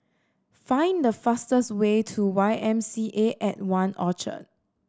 find the fastest way to Y M C A at One Orchard